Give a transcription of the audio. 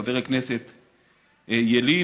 חבר הכנסת ילין,